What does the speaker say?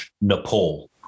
Nepal